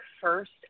first